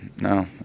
no